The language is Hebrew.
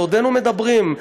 בעודנו מדברים,